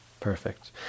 Perfect